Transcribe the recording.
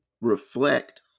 reflect